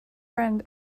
friend